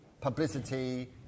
publicity